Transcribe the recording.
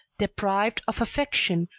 deprived of affection,